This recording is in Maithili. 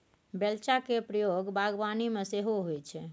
बेलचा केर प्रयोग बागबानी मे सेहो होइ छै